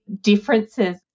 differences